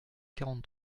quarante